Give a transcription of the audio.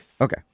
Okay